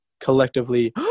collectively